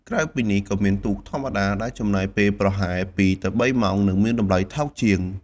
ក្រៅពីនេះ ក៏មាន ទូកធម្មតា ដែលចំណាយពេលប្រហែល ២ ទៅ ៣ ម៉ោង និងមានតម្លៃថោកជាង។